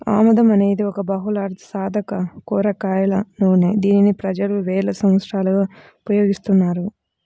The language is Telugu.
ఆముదం అనేది ఒక బహుళార్ధసాధక కూరగాయల నూనె, దీనిని ప్రజలు వేల సంవత్సరాలుగా ఉపయోగిస్తున్నారు